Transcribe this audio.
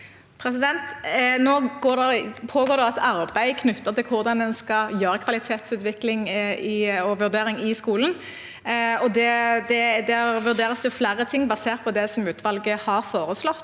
Nå pågår det et arbeid knyttet til hvordan en skal gjøre kvalitetsutvikling og vurdering i skolen, og det vurderes flere ting basert på det som utvalget har foreslått.